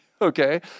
Okay